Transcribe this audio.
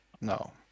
No